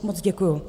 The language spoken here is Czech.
Moc děkuju.